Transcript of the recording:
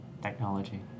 technology